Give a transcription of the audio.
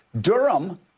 Durham